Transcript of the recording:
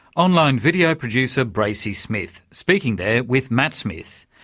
online video producer bracey smith speaking there with matt smith.